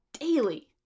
daily